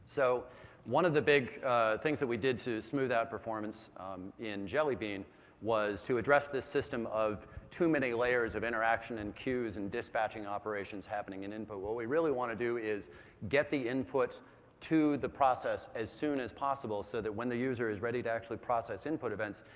so one of the big things that we did to smooth out performance in jelly bean was to address the system of too many layers of interaction in queues and dispatching operations happening in input. what we really want to do is get the input to the process as soon as possible so that when the user is ready to actually process input events,